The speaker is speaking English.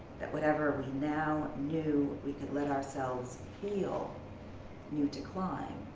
that whatever we now knew, we could let ourselves heal new to climb.